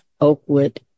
Oakwood